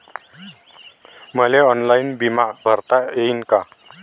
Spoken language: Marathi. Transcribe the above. मले ऑनलाईन बिमा भरता येईन का?